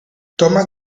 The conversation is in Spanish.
thomas